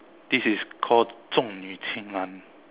this is called 重女轻男